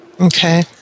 Okay